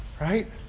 right